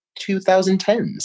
2010s